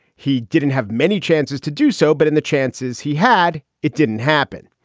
he didn't have many chances to do so, but in the chances he had, it didn't happen.